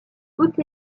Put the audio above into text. toutes